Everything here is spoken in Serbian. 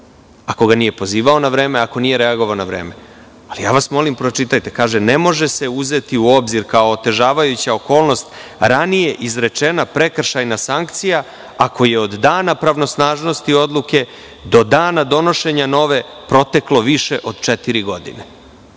ako ga nije pozivao na vreme i ako nije reagovao na vreme. Molim vas, pročitajte, kaže – ne može se uzeti u obzir kao otežavajuća okolnost ranije izrečena prekršajna sankcija, ako je od dana pravosnažnosti odluke do dana donošenja nove proteklo više od četiri godine.